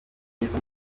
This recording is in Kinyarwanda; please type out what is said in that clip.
ngeze